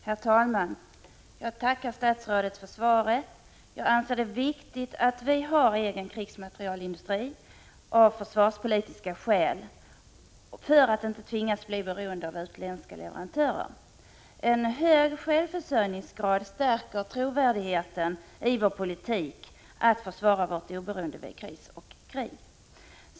Herr talman! Jag tackar statsrådet för svaret. Jag anser det viktigt att vi har egen krigsmaterielindustri, av försvarspolitiska skäl och för att inte tvingas bli beroende av utländska leverantörer. En hög självförsörjningsgrad stärker trovärdigheten i vår politik att försvara vårt oberoende vid kris och krig.